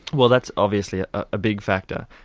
well that's obviously a big factor.